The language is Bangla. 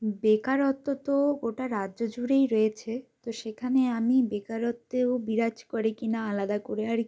বেকারত্ব তো গোটা রাজ্য জুড়েই রয়েছে তো সেখানে আমি বেকারত্বেও বিরাজ করি কি না আলাদা করে আর